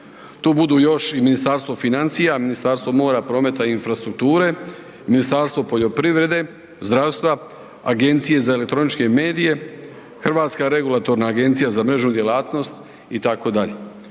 tu budu još i Ministarstvo financija, Ministarstvo mora, prometa i infrastrukture, Ministarstvo poljoprivrede, zdravstva, Agencije za elektroničke medije, Hrvatska regulatorna agencija za mrežnu djelatnost itd.